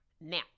Now